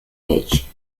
age